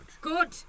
Good